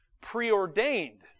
preordained